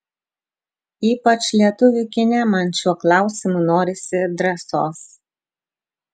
ypač lietuvių kine man šiuo klausimu norisi drąsos